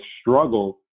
struggle